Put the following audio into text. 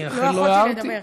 לא יכולתי לדבר.